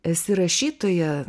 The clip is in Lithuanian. esi rašytoja